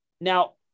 Now